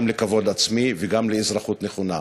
גם לכבוד עצמי וגם לאזרחות נכונה.